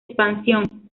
expansión